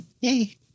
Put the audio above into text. Yay